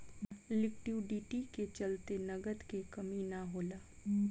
liquidity के चलते नगद के कमी ना होला